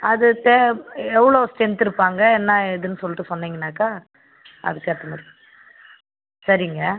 அது தே எவ்வளோ ஸ்ட்ரென்த் இருப்பாங்க என்ன ஏதுன்னு சொல்லிட்டு சொன்னிங்கனாக்கா அதுக்கேற்ற மாதிரி சரிங்க